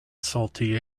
salty